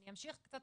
אני אמשיך קצת,